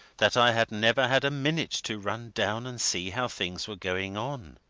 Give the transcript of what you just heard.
that i had never had a minute to run down and see how things were going on.